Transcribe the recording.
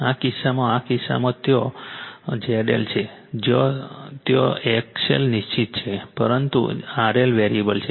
આ કિસ્સામાં ત્યાં ZL છે જ્યાં ત્યાં XL નિશ્ચિત છે પરંતુ RL વેરીએબલ છે